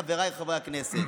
חבריי חברי הכנסת,